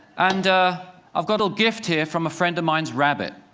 and i've got a gift here from a friend of mine's rabbit.